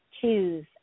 choose